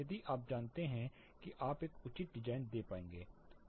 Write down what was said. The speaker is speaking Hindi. यदि आप जानते हैं कि आप एक उचित डिजाइन दे पाएंगे